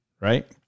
right